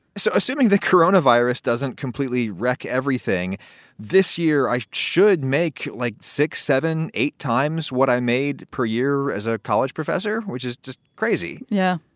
so assuming the corona virus doesn't completely wreck everything this year, i should make like six, seven, eight times what i made per year as a college professor, which is just crazy. yeah.